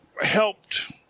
helped